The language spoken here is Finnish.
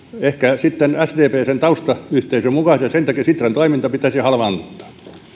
ehkä ole sitten sdpn ja sen taustayhteisön mukaisia ja sen takia sitran toiminta pitäisi halvaannuttaa